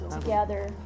together